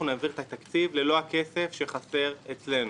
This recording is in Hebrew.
נעביר את התקציב ללא הכסף שחסר אצלנו.